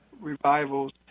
revivals